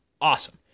awesome